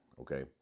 okay